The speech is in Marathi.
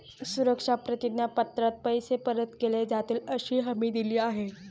सुरक्षा प्रतिज्ञा पत्रात पैसे परत केले जातीलअशी हमी दिली आहे